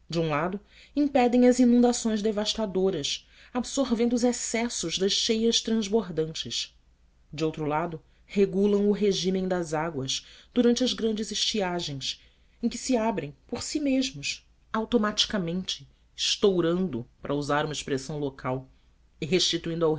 um lado impedem as inundações devastadoras absorvendo os excessos das cheias transbordantes de outro lado regulam o regime das águas durante as grandes estiagens em que se abrem por si mesmos automaticamente estourando para usar uma expressão local e restituindo ao